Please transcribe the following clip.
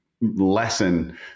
lesson